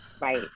Right